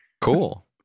Cool